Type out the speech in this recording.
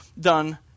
done